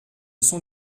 sont